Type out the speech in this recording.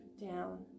down